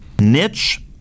niche